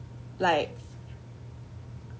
like